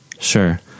Sure